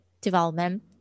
development